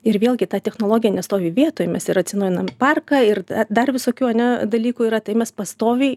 ir vėlgi ta technologija nestovi vietoj mes ir atsinaujinam parką ir dar visokių ane dalykų yra tai mes pastoviai